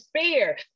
fear